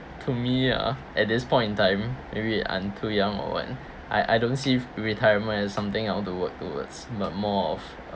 to me ah at this point in time maybe I'm too young or what I I don't see retirement is something I want to work towards but more of a